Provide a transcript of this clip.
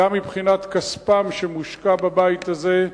גם מבחינת כספם, שמושקע בבית הזה,